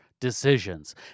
decisions